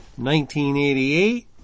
1988